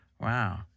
Wow